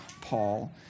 Paul